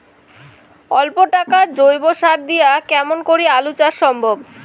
অল্প টাকার জৈব সার দিয়া কেমন করি আলু চাষ সম্ভব?